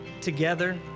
together